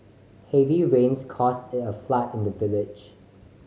heavy rains caused a flood in the village